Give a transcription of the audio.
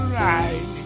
right